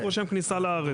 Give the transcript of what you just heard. אני רושם כניסה לארץ.